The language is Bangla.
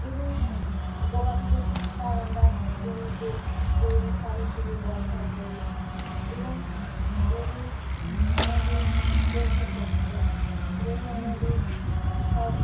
এবং গবাদি পশুর সার আমরা জমিতে জৈব সার হিসেবে ব্যবহার করি এবং গরু আমাদের প্রভুভক্ত গরু আমাদের সব